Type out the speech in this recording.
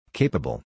capable